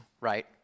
right